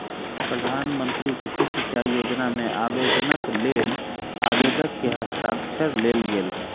प्रधान मंत्री कृषि सिचाई योजना मे आवेदनक लेल आवेदक के हस्ताक्षर लेल गेल